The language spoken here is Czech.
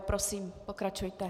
Prosím, pokračujte.